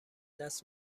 دست